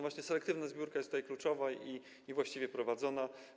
Właśnie selektywna zbiórka jest tutaj kluczowa i właściwie prowadzona.